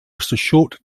short